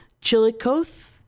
Chillicothe